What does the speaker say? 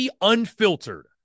Unfiltered